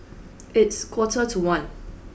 its quarter to one